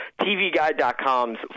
TVGuide.com's